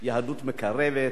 יהדות מקרבת,